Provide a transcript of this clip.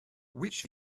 which